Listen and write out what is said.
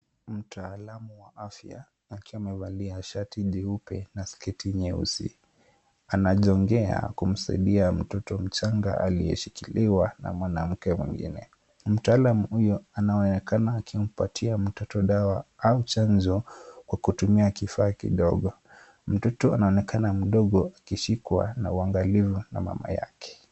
Mtaalamu wa afya akiwa amevalia shati jeupe na sketi nyeusi anajongea kumsaidia mtoto mchanga aliyeshikiliwa na mwanamke mwingine. Mtaalam huyo anaonekana akimpatia mtoto dawa au chanjo kwa kutumia kifaa kidogo. Mtoto anaonekana mdogo akishikwa na uangalifu na mama yake.